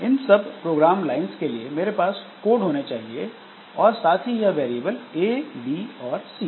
इन सब program lines के लिए मेरे पास कोड होने चाहिए और साथ ही यह वेरिएबल ए बी और सी